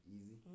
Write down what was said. easy